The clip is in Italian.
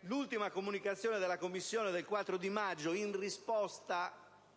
L'ultima comunicazione della Commissione del 4 maggio in risposta